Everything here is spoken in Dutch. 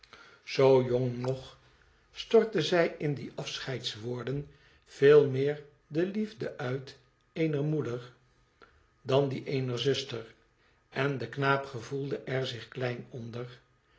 zoo jong nog stortte zij in die afscheidswoorden veel meer de liefde uit eener moeder dan die eener zuster en de knaap gevoelde er zich klein onder